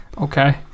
Okay